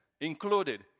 included